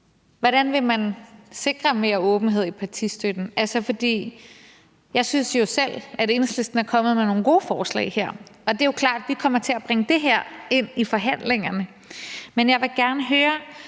hvordan man vil sikre mere åbenhed om partistøtten. For jeg synes jo selv, at Enhedslisten her er kommet med nogle gode forslag, og det er jo klart, at vi kommer til at bringe det her ind i forhandlingerne. Men jeg vil gerne høre,